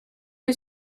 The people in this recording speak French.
une